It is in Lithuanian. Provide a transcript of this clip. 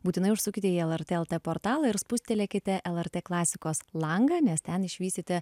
būtinai užsukite į lrt lt portalą ir spustelėkite lrt klasikos langą nes ten išvysite